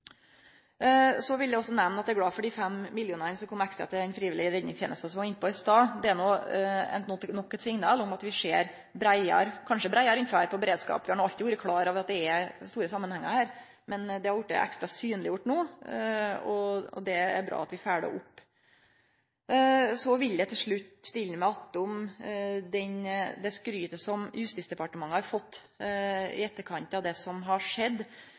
Så vil eg også nemne at eg er glad for dei 5 mill. kr som kom ekstra til den frivillige redningstenesta. Som eg var inne på i stad, er det nok eit signal om at vi ser breiare – kanskje breiare enn før – på beredskapen. Vi har alltid vore klare over at det er store samanhengar her, men det har vorte ekstra synleggjort no, og det er bra at vi følgjer det opp. Så vil eg til slutt stille meg attom det skrytet som Justisdepartementet har fått i etterkant av det som har skjedd.